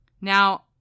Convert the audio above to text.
Now